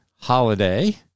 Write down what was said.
holiday